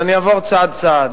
אז אני אעבור צעד-צעד.